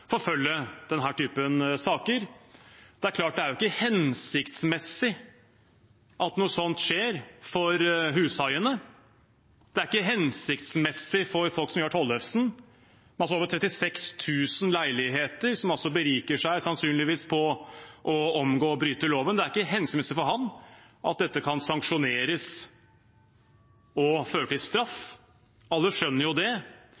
forfølge denne typen saker. Det er klart: Det er jo ikke hensiktsmessig at noe sånt skjer for hushaiene. Det er ikke hensiktsmessig for folk som Ivar Tollefsen, som har over 36 000 leiligheter, og som sannsynligvis beriker seg på å omgå og bryte loven. Det er ikke hensiktsmessig for ham at dette kan sanksjoneres og føre til straff. Alle skjønner jo det.